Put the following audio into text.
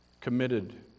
committed